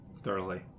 Thoroughly